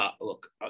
Look